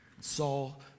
Saul